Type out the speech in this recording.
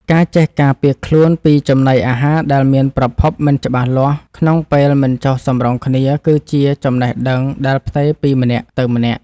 ការចេះការពារខ្លួនពីចំណីអាហារដែលមានប្រភពមិនច្បាស់លាស់ក្នុងពេលមិនចុះសម្រុងគ្នាគឺជាចំណេះដឹងដែលផ្ទេរពីម្នាក់ទៅម្នាក់។